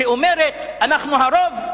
שאומרת: אנחנו הרוב,